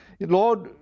Lord